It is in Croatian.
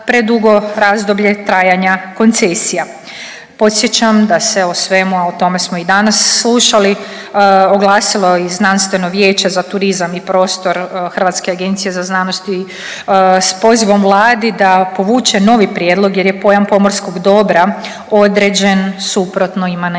predugo razdoblje trajanja koncesija. Podsjećam da se o svemu, a o tome smo i danas slušali, oglasilo i Znanstveno vijeće za turizam i prostor hrvatske agencije za znanost i .../nerazumljivo/... s pozivom Vladi da povuče novi prijedlog jer je pojam pomorskog dobra određen suprotno imanentnom